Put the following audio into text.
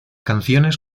canciones